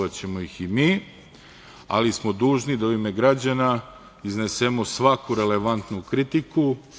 Poštovaćemo ih i mi, ali smo dužni da u ime građana iznesemo svaku relevantnu kritiku.